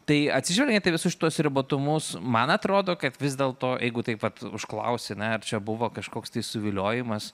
tai atsižvelgiant į visus šituos ribotumus man atrodo kad vis dėl to jeigu taip vat užklausi ar ne ar čia buvo kažkoks suviliojimas